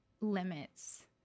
limits